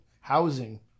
housing